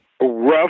rough